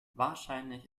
wahrscheinlich